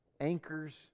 anchors